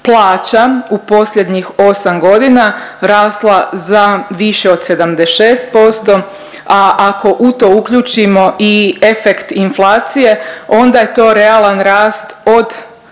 plaća u posljednjih 8.g. rasla za više od 76%, a ako u to uključimo i efekt inflacije onda je to realan rast od